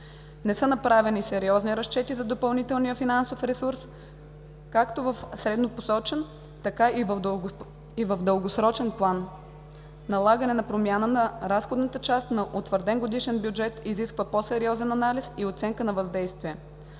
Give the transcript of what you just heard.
Не са направени сериозни разчети за допълнителния финансов ресурс, както в средносрочен, така и в дългосрочен план. Налагането на промяна на разходната част на утвърден годишен бюджет изисква по-сериозен анализ и оценка на въздействие.